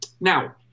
now